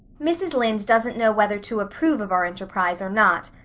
mrs. lynde doesn't know whether to approve of our enterprise or not.